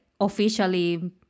officially